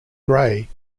grey